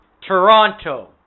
Toronto